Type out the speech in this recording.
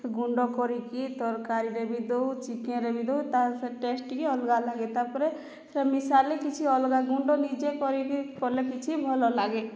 ଗୁଣ୍ଡ କରିକି ତରକାରୀରେ ବି ଦେଉ ଚିକେନରେ ବି ଦେଉ ତା'ର ଟେଷ୍ଟ ଟିକେ ଅଲଗା ଲାଗେ ତା ପରେ ସବୁ ମିଶାଲେ କିଛି ଅଲଗା ଗୁଣ୍ଡ ନିଜେ କରିକି କଲେ କିଛି ଭଲ ଲାଗେ